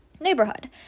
neighborhood